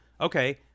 okay